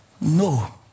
No